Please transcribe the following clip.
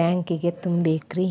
ಬ್ಯಾಂಕಿಗೆ ತುಂಬೇಕ್ರಿ?